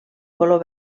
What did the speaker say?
color